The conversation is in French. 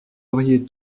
auriez